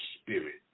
spirit